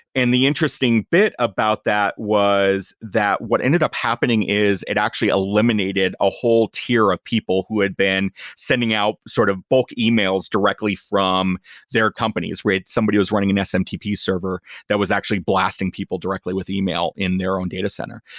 and the interesting bit about that was that what ended up happening is it actually eliminated a whole tier of people who had been sending out sort of bulk emails directly from their companies. somebody was running an smtp server that was actually blasting people directly with email in their own data center.